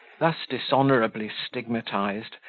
thus dishonourably stigmatized,